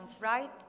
right